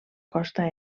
costa